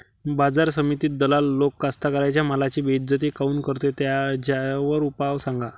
बाजार समितीत दलाल लोक कास्ताकाराच्या मालाची बेइज्जती काऊन करते? त्याच्यावर उपाव सांगा